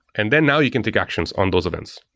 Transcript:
and then now you can take actions on those events,